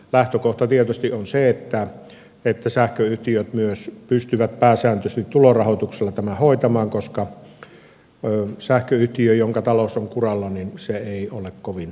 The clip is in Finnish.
lähtökohta tietysti on se että sähköyhtiöt myös pystyvät pääsääntöisesti tulorahoituksella tämän hoitamaan koska sähköyhtiö jonka talous on kuralla ei ole kovin hyvä ratkaisu